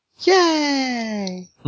Yay